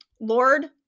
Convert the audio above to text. Lord